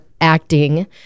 acting